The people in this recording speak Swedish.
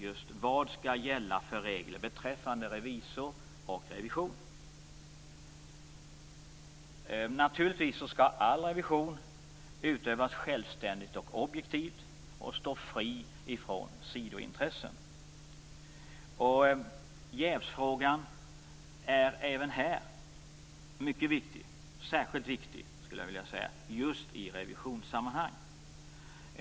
Vilka regler skall gälla beträffande revisor och revision? Naturligtvis skall all revision utövas självständigt och objektivt och stå fri från sidointressen. Jävsfrågan är även här mycket viktig. Jag skulle vilja säga att den är särskilt viktig just i revisionssammanhang.